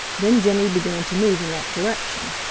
then jimmy began to move in that direction.